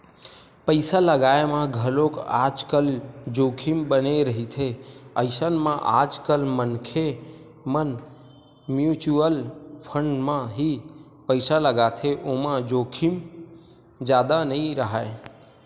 पइसा लगाय म घलोक आजकल जोखिम बने रहिथे अइसन म आजकल मनखे मन म्युचुअल फंड म ही पइसा लगाथे ओमा जोखिम जादा नइ राहय